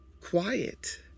quiet